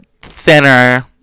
thinner